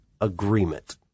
agreement